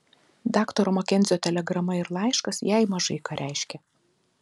daktaro makenzio telegrama ir laiškas jai maža ką reiškė